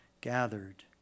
gathered